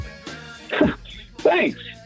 Thanks